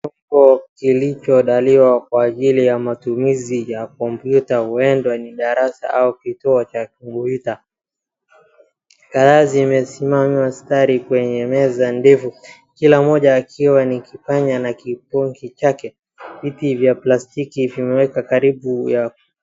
Chumba kilichoandaliwa kwa ajili ya matumizi ya computer huenda ni darasa au kituo cha computer , tayari zimesimama stadi kwenye meza ndefu, kila mmoja ikiwa na kipanya na keyboard chake, viti vya plastiki vimewekwa karibu ya.